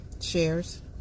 shares